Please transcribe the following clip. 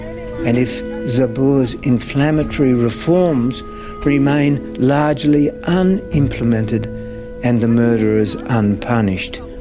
and if zabur's inflammatory reforms remain largely um unimplemented and the murderers unpunished,